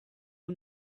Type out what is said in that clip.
who